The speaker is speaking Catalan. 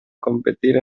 competir